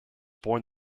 born